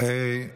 רוטמן אחד,